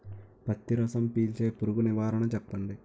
పత్తి రసం పీల్చే పురుగు నివారణ చెప్పండి?